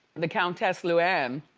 the countess luanne